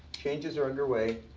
changes are under way.